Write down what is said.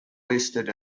listed